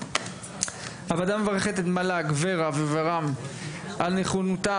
הוועדה מברכת את מל"ג ור"ה וור"מ על נכונותם